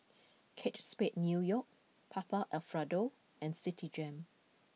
Kate Spade New York Papa Alfredo and Citigem